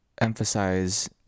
emphasize